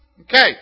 Okay